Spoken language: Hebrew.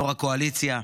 יו"ר הקואליציה,